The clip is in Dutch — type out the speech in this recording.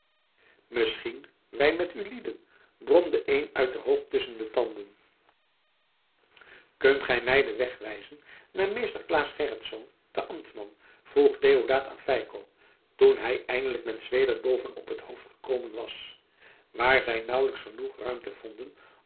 misschien wij met u lieden bromde een uit den hoop tusschen de tanden kunt gij mij den weg wijzen naar meester claes gerritsz den ambtman vroeg deodaat aan feiko toen hij eindelijk met zweder boven op het hoofd gekomen was waar zij nauwelijks genoeg ruimte vonden